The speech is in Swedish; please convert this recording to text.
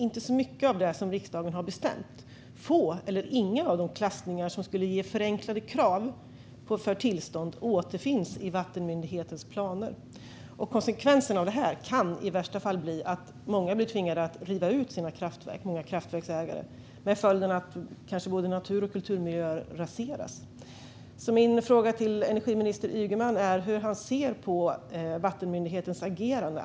Inte så mycket av det som riksdagen har bestämt. Få eller inga av de klassningar som skulle ge förenklade krav för tillstånd återfinns i vattenmyndigheternas planer. Konsekvensen av det här kan i värsta fall bli att många kraftverksägare blir tvingade att riva ut sina kraftverk med följden att både natur och kulturmiljöer kanske raseras. Min fråga till energiminister Ygeman är hur han ser på vattenmyndighetens agerande.